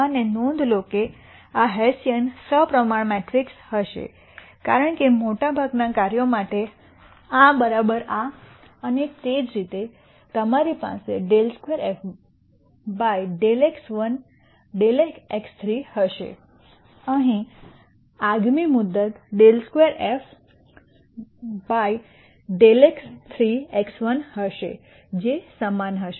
અને નોંધ લો કે આ હેસિયન સપ્રમાણ મેટ્રિક્સ હશે કારણ કે મોટા ભાગના કાર્યો માટે આ આ અને તે જ રીતે તમારી પાસે ∂2 f ∂x1 ∂x3 હશે અહીંની આગામી મુદત ∂2 f ∂x3 ∂x1 હશે જે સમાન હશે